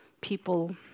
people